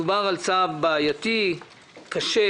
מדובר על צו בעייתי, קשה,